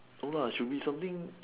no lah should be something